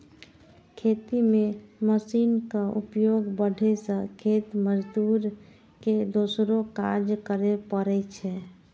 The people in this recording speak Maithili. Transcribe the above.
खेती मे मशीनक उपयोग बढ़ै सं खेत मजदूर के दोसरो काज करै पड़ै छै